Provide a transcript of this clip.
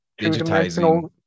Digitizing